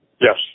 Yes